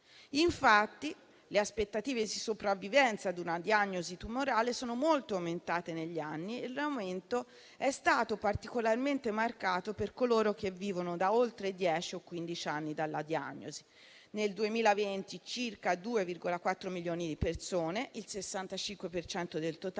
importanti. Le aspettative di sopravvivenza a una diagnosi tumorale sono molto aumentate negli anni e l'aumento è stato particolarmente marcato per coloro che vivono da oltre dieci o quindici anni dalla diagnosi. Nel 2020, circa 2,4 milioni di persone, il 65 per cento